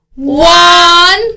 One